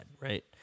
right